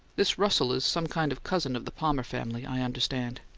this russell is some kind of cousin of the palmer family, i understand.